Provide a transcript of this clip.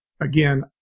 again